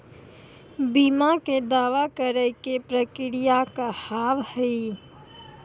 बीमा के दावा करे के प्रक्रिया का हाव हई?